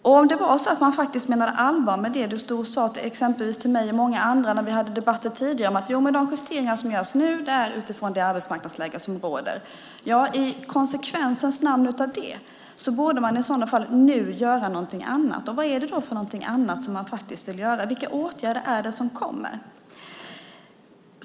Om det var så att du faktiskt menar allvar med det du stod och sade exempelvis till mig och många andra när vi hade debatter tidigare om att de justeringar som görs nu görs utifrån det arbetsmarknadsläge som råder, borde man i konsekvensens namn nu göra någonting annat. Vad är det då för någonting annat som man vill göra? Vilka åtgärder är det som kommer?